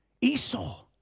Esau